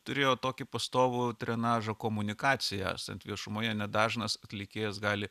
turėjo tokį pastovų drenažą komunikaciją esant viešumoje nedažnas atlikėjas gali